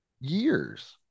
years